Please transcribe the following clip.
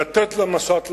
לתת למשט לעבור.